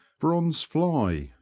bronze fly,